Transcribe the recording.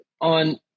on